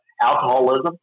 Alcoholism